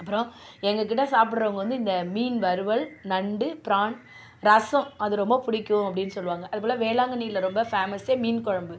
அப்புறம் எங்கள் கிட்ட சாப்பிட்றவங்க வந்து இந்த மீன் வறுவல் நண்டு பிரான் ரசம் அது ரொம்ப பிடிக்கும் அப்படினு சொல்லுவாங்க அது போல் வேளாங்கண்ணியில ரொம்ப ஃபேமஸ்ஸே மீன் குழம்பு